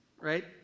right